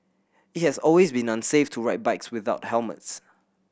it has always been unsafe to ride bikes without helmets